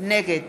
נגד